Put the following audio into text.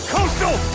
Coastal